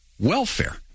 welfare